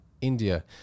India